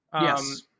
Yes